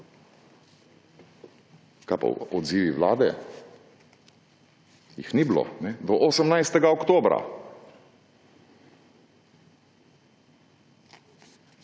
Kaj pa odzivi vlade? Jih ni bilo do 18. oktobra.